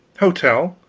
hotel?